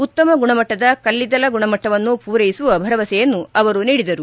ಉತ್ತಮ ಗುಣಮಟ್ಟದ ಕಲ್ಲಿದ್ದಲ ಗುಣಮಟ್ಟವನ್ನು ಪೂರೈಸುವ ಭರವಸೆಯನ್ನು ಅವರು ನೀಡಿದರು